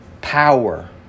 power